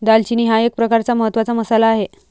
दालचिनी हा एक प्रकारचा महत्त्वाचा मसाला आहे